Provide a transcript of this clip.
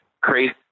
crazy